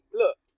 look